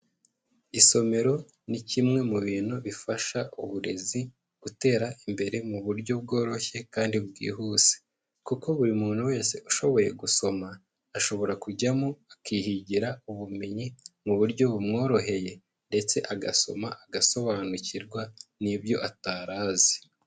Isomero ni kimwe mu bintu bifasha uburezi gutera imbere mu buryo bworoshye kandi bwihuse kuko buri muntu wese ushoboye gusoma, ashobora kujyamo akihigira ubumenyi mu buryo bumworoheye ndetse agasoma agasobanukirwa n'ibyo atari azi.